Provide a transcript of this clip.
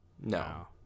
no